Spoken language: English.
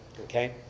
okay